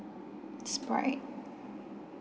Sprite